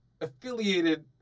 affiliated